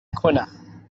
هنا